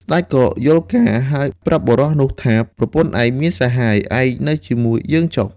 ស្ដេចក៏យល់ការណ៍ ហើយប្រាប់បុរសនោះថា “ប្រពន្ធឯងមានសហាយ ឯងនៅជាមួយយើងចុះ”។